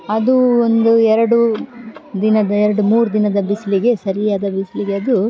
ಅದು ಒಂದು ಎರಡು ದಿನದ ಎರಡು ಮೂರು ದಿನದ ಬಿಸಿಲಿಗೆ ಸರಿಯಾದ ಬಿಸ್ಲಿಗೆ ಅದು